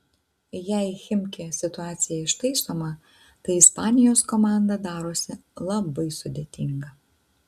jei chimki situacija ištaisoma tai ispanijos komanda darosi labai sudėtinga